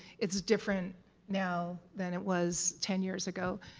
it is different now than it was ten years ago.